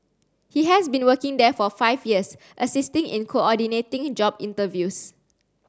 he has been working there for five years assisting in coordinating job interviews